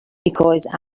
because